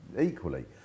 equally